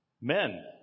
men